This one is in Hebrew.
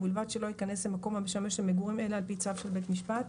ובלבד שלא ייכנס למקום המשמש למגורים אלא על פי צו של בית משפט.